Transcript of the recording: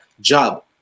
job